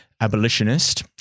abolitionist